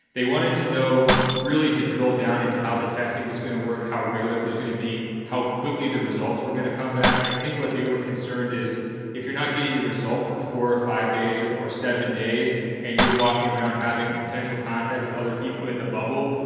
they wanted to know really to drill down into how the testing was going to work, how regular was gonna be, how quickly the results were going to come back. i think what they were concerned is if you're not getting a result for four or five days or seven days and you're walking around having potential contact with other people in the bubble,